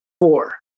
Four